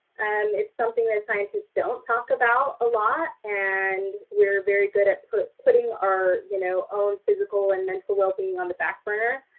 and it's something that scientists don't talk about a lot. and we're very good at putting our you know own physical and mental well-being on the back burner.